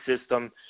system